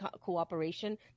cooperation